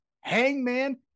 hangman